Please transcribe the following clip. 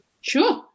Sure